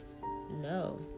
No